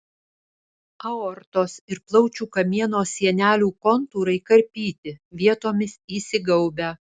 aortos ir plaučių kamieno sienelių kontūrai karpyti vietomis įsigaubę